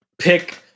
pick